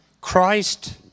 Christ